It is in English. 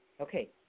Okay